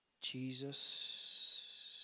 Jesus